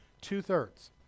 Two-thirds